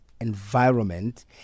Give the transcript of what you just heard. environment